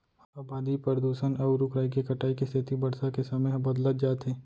अबादी, परदूसन, अउ रूख राई के कटाई के सेती बरसा के समे ह बदलत जात हे